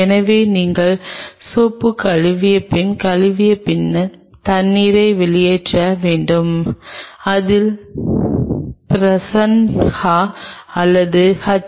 எனவே நீங்கள் சோப்பு கழுவிய பின் கழுவிய பின் தண்ணீரை வெளியேற்ற வேண்டும் அதில் பிரன்ஹா அல்லது எச்